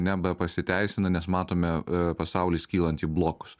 nebepasiteisina nes matome pasaulį skylantį į blokus